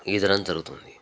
ఈదడం జరుగుతుంది